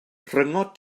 rhyngot